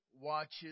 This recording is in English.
watches